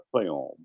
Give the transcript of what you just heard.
film